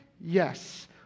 yes